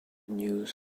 news